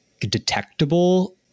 detectable